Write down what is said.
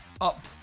up